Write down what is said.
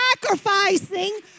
sacrificing